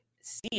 see